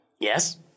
Yes